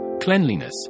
cleanliness